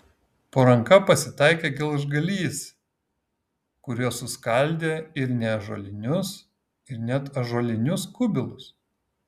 po ranka pasitaikė gelžgalys kuriuo suskaldė ir neąžuolinius ir net ąžuolinius kubilus